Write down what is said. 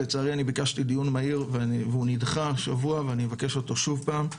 לצערי אני ביקשתי דיון מהיר והוא נדחה השבוע ואני אבקש אותו שוב פעם,